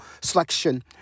selection